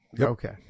Okay